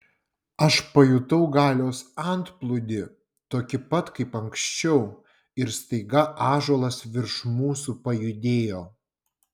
aš pajutau galios antplūdį tokį pat kaip anksčiau ir staiga ąžuolas virš mūsų pajudėjo